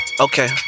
Okay